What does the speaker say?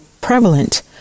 prevalent